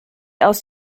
aus